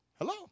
Hello